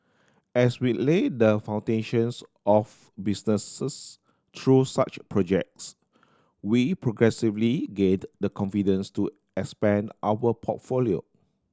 as we laid the foundations of businesses through such projects we progressively gained the confidence to expand our portfolio